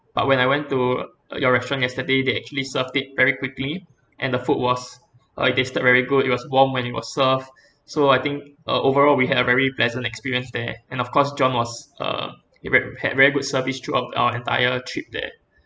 but when I went to your restaurant yesterday they actually served it very quickly and the food was uh it tasted very good it was warm when it was served so I think uh overall we had a very pleasant experience there and of course john was uh he had had very good service throughout our entire trip there